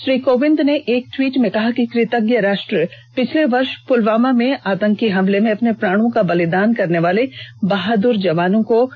श्री कोविंद ने एक ट्वीट में कहा कि ् कृतज्ञ राष्ट्र पिछले वर्ष पुलवामा में आतंकी हमले में अपने प्राणों का बलिदान करने वाले बहादुर जवानों को नमन करता है